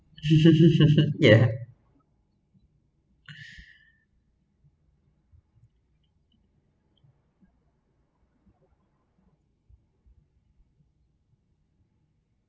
yeah